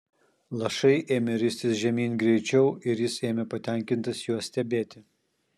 lašai ėmė ristis žemyn greičiau ir jis ėmė patenkintas juos stebėti